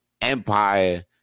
empire